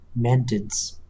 Mantids